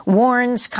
warns